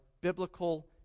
biblical